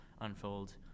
unfold